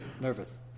nervous